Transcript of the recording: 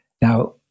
Now